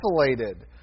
isolated